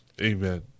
amen